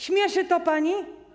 Śmieszy to panią?